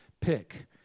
pick